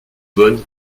bonne